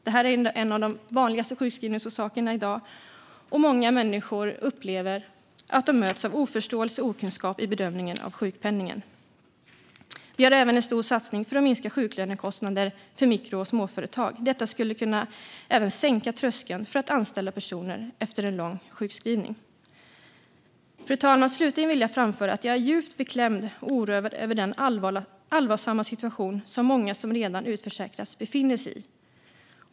Detta är i dag en av de vanligaste sjukskrivningsorsakerna, och många människor upplever att de möts av oförståelse och okunskap i bedömningen av sjukpenningen. Vi har även en stor satsning för att minska sjuklönekostnaderna för mikro och småföretag. Detta skulle också kunna sänka tröskeln för att anställa personer efter en lång sjukskrivning. Fru talman! Slutligen vill jag framföra att jag är djupt beklämd och oroad över den allvarsamma situation som många som redan utförsäkrats befinner sig i.